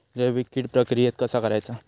जैविक कीड प्रक्रियेक कसा करायचा?